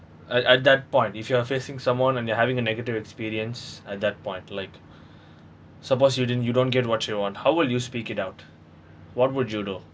at at that point if you are facing someone and they're having a negative experience at that point like suppose you didn't you don't get what you want how will you speak it out what would you do